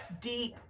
deep